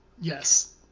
Yes